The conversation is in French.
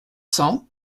cents